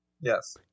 Yes